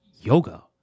yoga